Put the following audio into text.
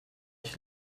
ich